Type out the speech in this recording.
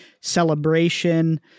celebration